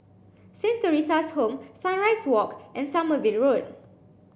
Saint Theresa's Home Sunrise Walk and Sommerville Road